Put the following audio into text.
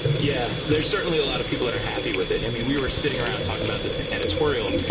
yeah there's certainly a lot of people that are happy with it. i mean we were sitting around talking about this in editorial.